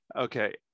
Okay